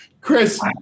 Chris